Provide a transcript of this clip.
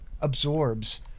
absorbs